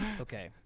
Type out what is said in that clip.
okay